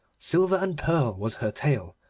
silver and pearl was her tail,